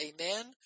Amen